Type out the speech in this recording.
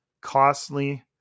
costly